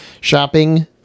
shopping